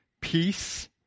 peace